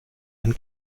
ein